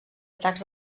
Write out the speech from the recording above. atacs